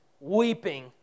weeping